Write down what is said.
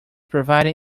provided